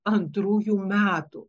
antrųjų metų